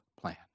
plan